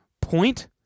point